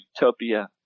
utopia